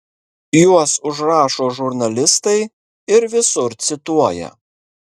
juos užrašo žurnalistai ir visur cituoja